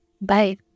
Bye